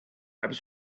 maps